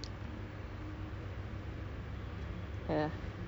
ya when COVID first started right ya I played that